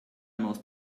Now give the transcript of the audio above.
most